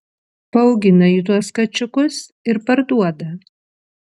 paaugina ji tuos kačiukus ir parduoda